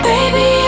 Baby